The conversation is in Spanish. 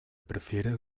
prefieren